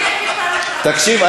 תקשיב,